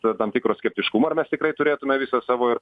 ta tam tikro skeptiškumo ar mes tikrai turėtume visą savo ir